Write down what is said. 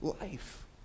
life